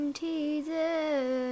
teaser